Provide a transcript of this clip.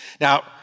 Now